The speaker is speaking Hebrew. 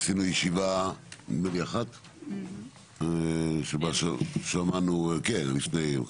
עשינו ישיבה אחת שבה שמענו את הנציגים,